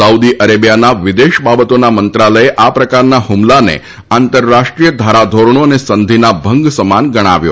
Saudi અરેબિયાના વિદેશ બાબતોના મંત્રાલયે આ પ્રકારના હુમલાને આંતરરાષ્ટ્રીય ધારાધોરણી અને સંધીના ભંગ સમાન ગણાવ્યો